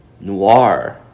noir